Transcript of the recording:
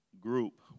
group